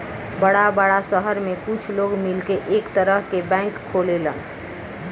बड़ा बड़ा सहर में कुछ लोग मिलके एक तरह के बैंक खोलेलन